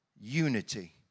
Unity